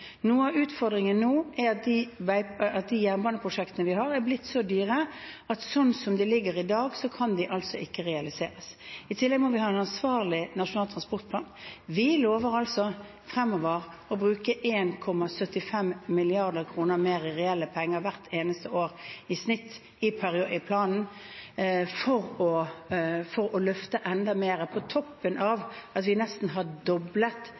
Noe av utfordringen nå er at de jernbaneprosjektene vi har, er blitt så dyre at sånn som de ligger i dag, kan de ikke realiseres. I tillegg må vi ha en ansvarlig Nasjonal transportplan. I planen lover vi fremover å bruke 1,75 mrd. kr mer i reelle penger hvert eneste år i snitt for å løfte enda mer, på toppen av at vi nesten har doblet